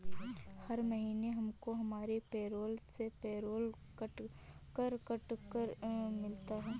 हर महीने हमको हमारी पेरोल से पेरोल कर कट कर मिलता है